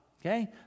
Okay